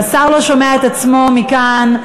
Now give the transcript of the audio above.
השר לא שומע את עצמו מכאן,